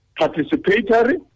participatory